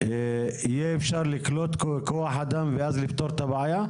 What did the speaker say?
יהיה אפשר לקלוט כוח אדם ואז לפתור את הבעיה?